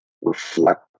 reflect